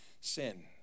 sin